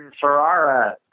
Ferrara